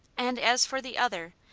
and as for the other!